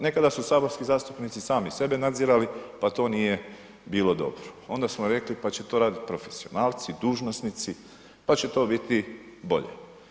Nekada su saborski zastupnici sami sebe nadzirali, pa to nije bilo dobro, onda smo rekli pa će to radit profesionalci dužnosnici, pa će to biti bolje.